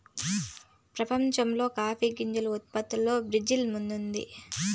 ప్రపంచంలో కాఫీ గింజల ఉత్పత్తిలో బ్రెజిల్ ముందుంది